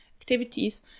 activities